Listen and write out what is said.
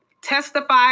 testify